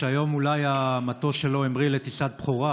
שהיום המטוס שלו אולי המריא לטיסת בכורה